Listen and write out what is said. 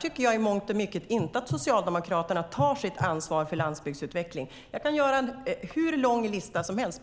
tycker jag i mångt och mycket att Socialdemokraterna inte tar sitt ansvar för landsbygdsutvecklingen. Jag kan göra en hur lång lista som helst.